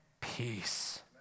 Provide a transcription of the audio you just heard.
peace